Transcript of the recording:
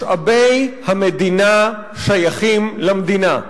משאבי המדינה שייכים למדינה.